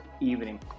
evening